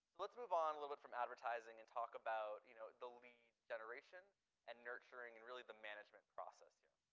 let's move on a little bit from advertising and talk about you know the lead generation and nurturing and really the management process here.